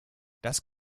das